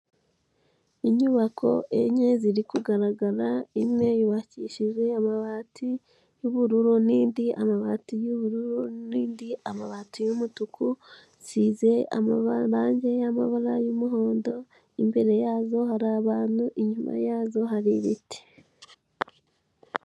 Inyubako enye ziri kugaragara, imwe yubakishije amabati y'ubururu n'indi amabati y'ubururu n'indi amabati y'umutuku, zisize amabarange y'amabara y'umuhondo, imbere yazo hari abantu, inyuma yazo hari ibiti.